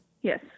yes